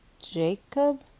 jacob